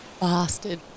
Bastard